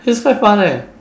feels quite fun eh